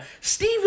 Steve